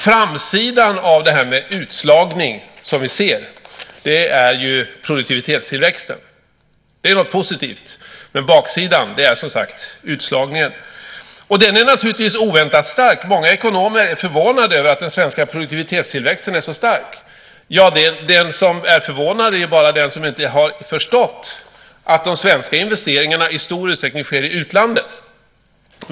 Framsidan av detta är ju produktivitetstillväxten. Det är något positivt. Men baksidan är som sagt utslagningen. Den är oväntat stark. Många ekonomer är förvånade över att den svenska produktivitetstillväxten är så stark. Förvånad är bara den som inte har förstått att de svenska investeringarna i stor utsträckning sker i utlandet.